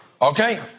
Okay